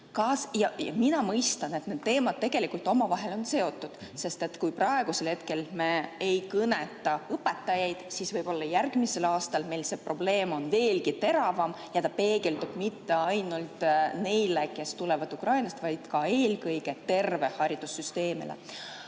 Mina mõistan, et need teemad omavahel on seotud, sest kui praegusel hetkel me ei kõneta õpetajaid, siis võib-olla järgmisel aastal see probleem on veelgi teravam ja ta peegeldub mitte ainult neile, kes tulevad Ukrainast, vaid ka tervele haridussüsteemile.